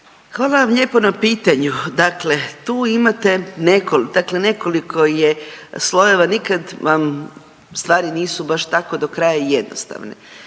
Hvala vam lijepo na pitanju. Dakle, tu imate dakle nekoliko je slojeva nikad vam stvari nisu baš tako do kraja jednostavne.